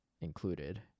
included